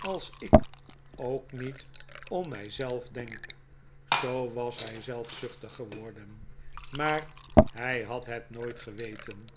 als ik ook niet om mij zelf denk zoo was hij zelfzuchtig geworden maar hij had het nooit geweten